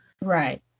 Right